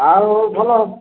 ଆଉ ଭଲ